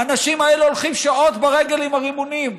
האנשים האלה הולכים שעות ברגל עם הרימונים,